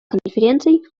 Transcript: конференций